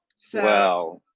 so.